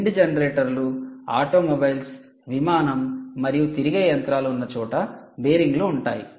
wind జనరేటర్లు automobiles విమానం మరియు తిరిగే యంత్రాలు ఉన్నచోట బేరింగ్లు ఉంటాయి